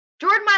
Jordan